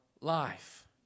life